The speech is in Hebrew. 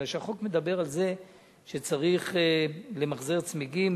בגלל שהחוק מדבר על זה שצריך למחזר צמיגים.